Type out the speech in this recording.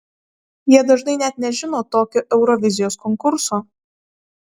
jie dažnai net nežino tokio eurovizijos konkurso